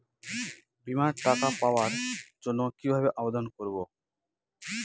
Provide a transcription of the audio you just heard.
বিমার টাকা পাওয়ার জন্য কিভাবে আবেদন করব?